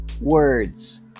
words